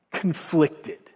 conflicted